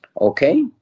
Okay